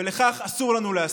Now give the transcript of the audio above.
ולכך אסור לנו להסכים.